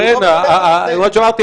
כמו שאמרתי,